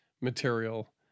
material